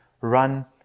run